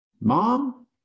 Mom